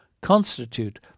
constitute